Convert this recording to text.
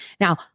Now